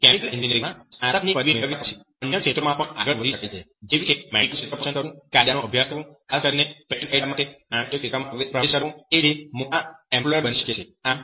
તેથી કેમિકલ એન્જિનિયરીંગમાં સ્નાતકની પદવી મેળવ્યા પછી અન્ય ક્ષેત્રોમાં પણ આગળ વધી શકે છે જેવા કે મેડિકલ ક્ષેત્ર પસંદ કરવું કાયદાનો અભ્યાસ કરવો ખાસ કરીને પેટન્ટ કાયદા માટે નાણાકીય ક્ષેત્રમાં પ્રવેશ કરવો કે જે મોટો એમ્પ્લોયર બની શકે છે